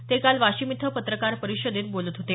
ते काल वाशिम इथं पत्रकार परिषदेत बोलत होते